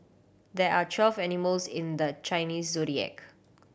there are twelve animals in the Chinese Zodiac